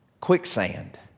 Quicksand